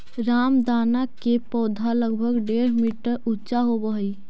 रामदाना के पौधा लगभग डेढ़ मीटर ऊंचा होवऽ हइ